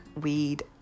weed